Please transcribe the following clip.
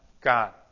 God